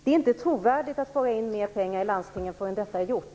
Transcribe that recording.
Det är inte trovärdigt att föra in mera pengar i landstingen förrän det är gjort.